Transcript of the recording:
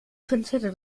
pinzette